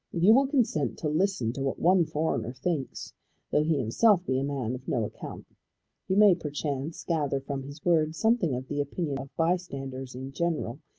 if you will consent to listen to what one foreigner thinks though he himself be a man of no account you may perchance gather from his words something of the opinion of bystanders in general,